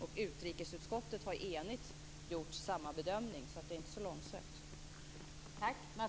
Och utrikesutskottet har enigt gjort samma bedömning, så det är inte så långsökt.